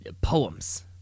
poems